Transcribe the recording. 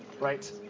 right